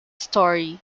story